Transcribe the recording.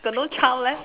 got no child leh